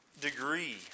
degree